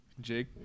Jake